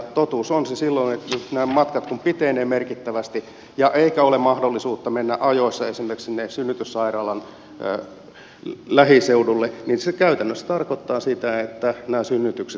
totuus on silloin että kun nämä matkat pitenevät merkittävästi eikä ole mahdollisuutta mennä ajoissa esimerkiksi sinne synnytyssairaalan lähiseudulle niin se käytännössä tarkoittaa sitä että nämä synnytykset lisääntyvät